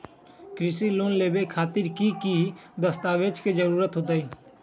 कृषि लोन लेबे खातिर की की दस्तावेज के जरूरत होतई?